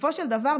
בסופו של דבר,